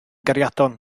gariadon